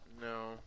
No